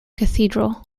cathedral